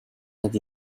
that